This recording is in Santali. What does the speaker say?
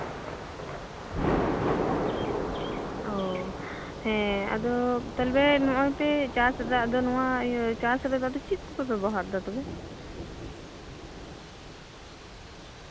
ᱚ ᱦᱮᱸ ᱛᱟᱞᱦᱮ ᱱᱚᱜᱼᱚᱭ ᱯᱮ ᱪᱟᱥᱫᱟ ᱱᱚᱣᱟ ᱤᱭᱟᱹ ᱪᱟᱥ ᱨᱮᱫᱚ ᱪᱮᱫ ᱠᱚᱯᱮ ᱵᱮᱵᱚᱦᱟᱨᱮᱫᱟ ᱛᱟᱞᱦᱮ